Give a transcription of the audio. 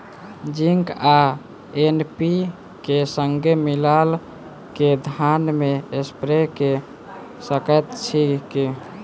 Zinc आ NPK, संगे मिलल कऽ धान मे स्प्रे कऽ सकैत छी की?